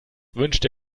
wünschte